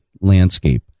landscape